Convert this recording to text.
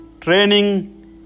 Training